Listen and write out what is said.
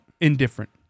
Indifferent